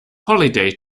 holiday